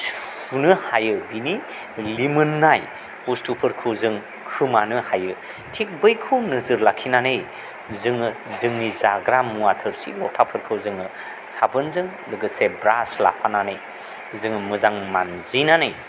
सुनो हायो बिनि लिमोननाय बुस्थुफोरखौ जों खोमानो हायो थिग बैखौ नोजोर लाखिनानै जोङो जोंनि जाग्रा मुवा थोरसि लथाफोरखौ जोङो साबोनजों लोगोसे जोङो ब्रास लाफानानै जोङो मोजां मानजिनानै